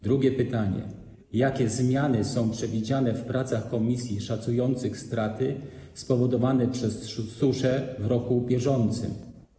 Drugie pytanie: Jakie zmiany są przewidziane w pracach komisji szacujących straty spowodowane przez suszę w roku bieżącym?